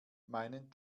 meinen